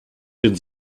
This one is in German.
den